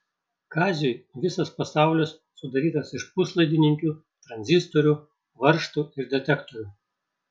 kaziui visas pasaulis sudarytas iš puslaidininkių tranzistorių varžtų ir detektorių